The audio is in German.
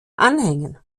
anhängen